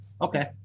Okay